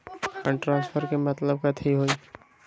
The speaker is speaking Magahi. फंड ट्रांसफर के मतलब कथी होई?